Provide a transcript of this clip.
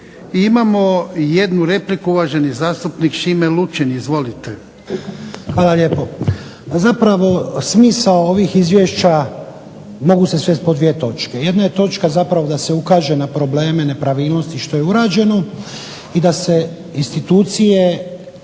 imamo jednu repliku, uvaženi zastupnik Šime Lučin. Izvolite. **Lučin, Šime (SDP)** Hvala lijepo. Pa zapravo smisao ovih izvješća mogu se svesti pod dvije točke. Jedna je točka zapravo da se ukaže na probleme nepravilnosti što je urađeno i da se institucije